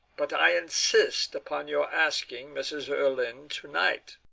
but i insist upon your asking mrs. erlynne to-night.